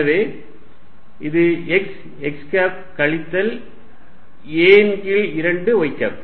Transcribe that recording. எனவே இது x x cap கழித்தல் a ன் கீழ் 2 y கேப்